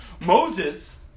Moses